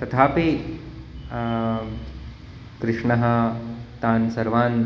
तथापि कृष्णः तान् सर्वान्